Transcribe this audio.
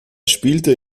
spielte